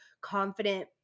confident